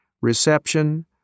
reception